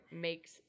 makes